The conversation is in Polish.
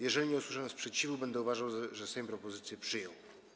Jeżeli nie usłyszę sprzeciwu, będę uważał, że Sejm propozycję przyjął.